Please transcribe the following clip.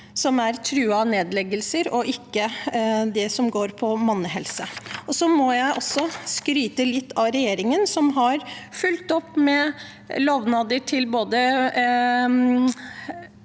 som er truet av nedleggelser, og ikke det som går på mannehelse. Så må jeg også skryte litt av regjeringen, som har fulgt opp med lovnader til